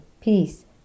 peace